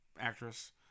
actress